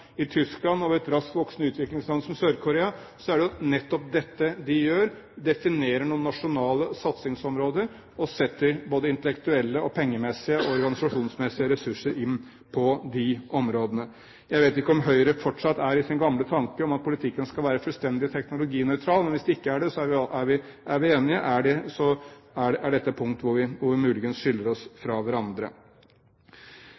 i Tyskland og i et raskt voksende utviklingsland som Sør-Korea, er det nettopp dette de gjør, de definerer noen nasjonale satsingsområder og setter både intellektuelle, pengemessige og organisasjonsmessige ressurser inn på de områdene. Jeg vet ikke om Høyre fortsatt har sin gamle tanke om at politikken skal være fullstendig teknologinøytral, men hvis de ikke har det, er vi enige. Har de fortsatt det, er dette et punkt hvor vi muligens skiller oss